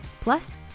Plus